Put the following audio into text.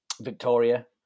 Victoria